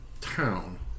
town